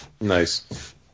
Nice